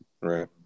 Right